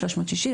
360,